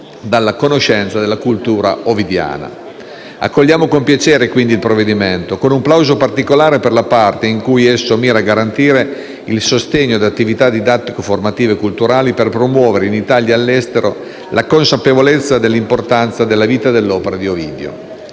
dalla conoscenza della cultura ovidiana. Accogliamo con piacere quindi il provvedimento, con un plauso particolare per la parte in cui esso mira a garantire il sostegno ad attività didattico-formative e culturali per promuovere, in Italia e all'estero, la consapevolezza dell'importanza della vita e dell'opera di Ovidio.